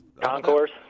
Concourse